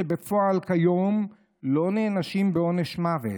שבפועל כיום לא נענשים בעונש מוות,